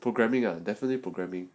programming ah definitely programming